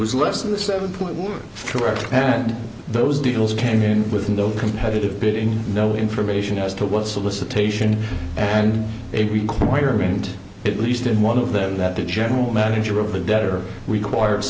was less than the seven point zero and those deals came in with no competitive bidding no information as to what solicitation and a requirement at least in one of them that the general manager of the debtor required